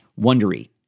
wondery